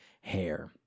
hair